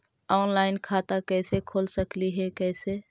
Online खाता कैसे खोल सकली हे कैसे?